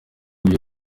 vyo